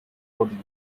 bodies